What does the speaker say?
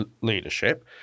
leadership